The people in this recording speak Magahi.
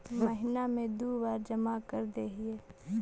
महिना मे दु बार जमा करदेहिय?